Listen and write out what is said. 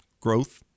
growth